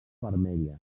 vermella